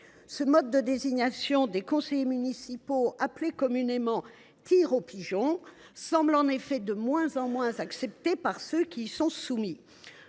Ce mode de désignation, appelé communément « tir aux pigeons », semble en effet de moins en moins accepté par ceux qui y sont soumis.